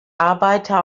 arbeiter